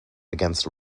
against